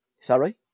Sorry